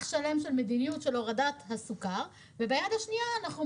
אני חושב שאפשר לדעת שבמסגר הרפורמה הזאת הם